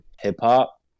hip-hop